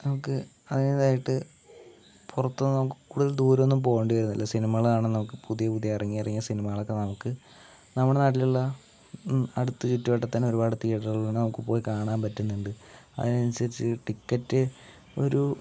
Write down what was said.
നമുക്ക് അതിൻ്റെതായിട്ട് പുറത്തുനിന്ന് നമുക്ക് കൂടുതൽ ദൂരം ഒന്നും പോകേണ്ടി വരുന്നില്ല സിനിമകൾ കാണാൻ നമുക്ക് പുതിയ പുതിയ ഇറങ്ങിയ സിനിമകളൊക്കെ നമുക്ക് നമ്മുടെ നാട്ടിലുള്ള അടുത്ത് ചുറ്റുവട്ടത്ത് തന്നെ ഒരുപാട് തീയേറ്ററുകൾ നമുക്ക് പോയി കാണാൻ പറ്റുന്നുണ്ട് അതിനനുസരിച്ച് ടിക്കറ്റ് ഒരു